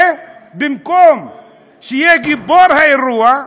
ובמקום שיהיה גיבור האירוע,